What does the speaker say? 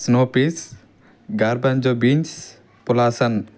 snow peas garbanzo beans పులాసన్